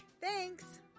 Thanks